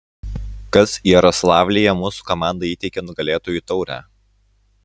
kas jaroslavlyje mūsų komandai įteikė nugalėtojų taurę